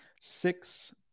six